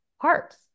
parts